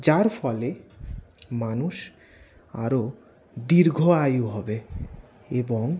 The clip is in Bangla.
যার ফলে মানুষ আরো দীর্ঘ আয়ু হবে এবং